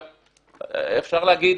אפשר להגיד,